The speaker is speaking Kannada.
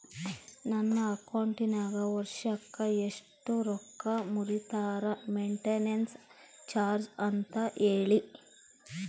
ನನ್ನ ಅಕೌಂಟಿನಾಗ ವರ್ಷಕ್ಕ ಎಷ್ಟು ರೊಕ್ಕ ಮುರಿತಾರ ಮೆಂಟೇನೆನ್ಸ್ ಚಾರ್ಜ್ ಅಂತ ಹೇಳಿ?